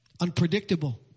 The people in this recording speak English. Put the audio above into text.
unpredictable